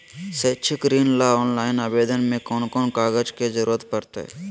शैक्षिक ऋण ला ऑनलाइन आवेदन में कौन कौन कागज के ज़रूरत पड़तई?